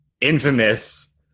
infamous